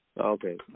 Okay